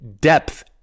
depth